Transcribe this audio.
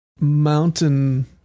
Mountain